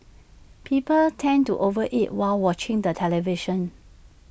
people tend to over eat while watching the television